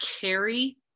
carry